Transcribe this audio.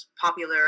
popular